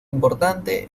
importante